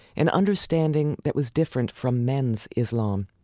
an understanding that was different from men's islam,